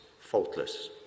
faultless